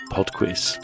Podquiz